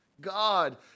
God